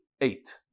eight